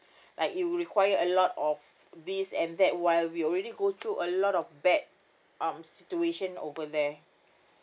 like it'd require a lot of this and that while we already go through a lot of bad um situation over there